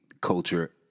culture